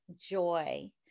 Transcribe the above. joy